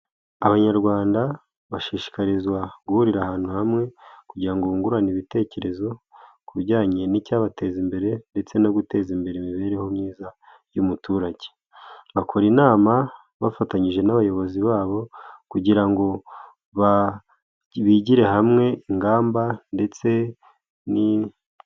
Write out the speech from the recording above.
Abanyarwanda bashishikarizwa guhurira ahantu hamwe kugira ngo bungurane ibitekerezo. Ku bijyanye n'icyabateza imbere ndetse no guteza imbere imibereho myiza y'umuturage. Bakora inama bafatanyije n'abayobozi babo kugira ngo bigire hamwe ingamba ndetse ni...